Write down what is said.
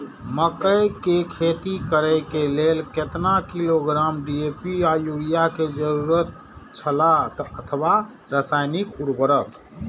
मकैय के खेती करे के लेल केतना किलोग्राम डी.ए.पी या युरिया के जरूरत छला अथवा रसायनिक उर्वरक?